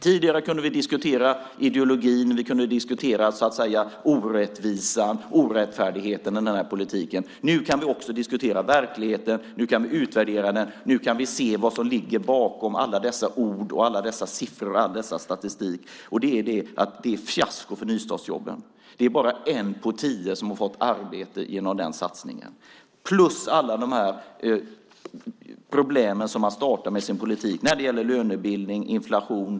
Tidigare kunde vi diskutera ideologin, orättvisan och orättfärdigheten med den här politiken. Nu kan vi också diskutera verkligheten. Nu kan vi utvärdera och se vad som ligger bakom alla dessa ord, alla dessa siffror och all denna statistik, och det är att det är ett fiasko för nystartsjobben. Det är bara en av tio som har fått arbete genom den satsningen. Dessutom har man sedan man startade sin politik fått problem med lönebildning och inflation.